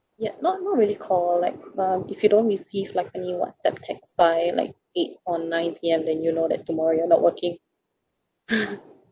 ya not not really call like um if you don't receive like any whatsapp text by like eight or nine P_M then you know that tomorrow you're not working